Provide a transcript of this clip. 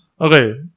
Okay